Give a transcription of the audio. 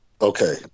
Okay